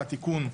תודה,